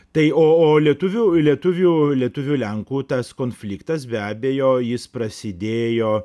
tai o o lietuvių lietuvių lietuvių lenkų tas konfliktas be abejo jis prasidėjo